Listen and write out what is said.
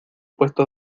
puesto